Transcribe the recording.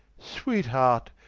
sweet heart,